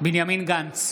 בנימין גנץ,